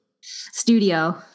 Studio